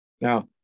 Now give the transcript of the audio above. Now